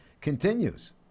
continues